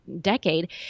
decade